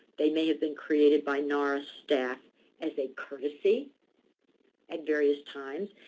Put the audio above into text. they may have been created by nara staff as a courtesy at various times.